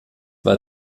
war